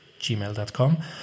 gmail.com